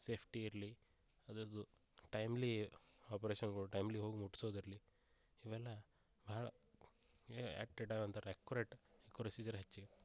safety ಇರಲಿ ಅದರ್ದು timely ಆಪರೇಷನ್ಗಳ್ ಟೈಮ್ಲಿ ಹೋಗಿ ಮುಟ್ಸೋದಿರಲಿ ಇವೆಲ್ಲ ಭಾಳ ಆಕ್ಟೇಡದಂತ್ ಅಕ್ಯುರೇಟ್ ಪ್ರಸೀಜರ್ ಹೆಚ್ಚಿ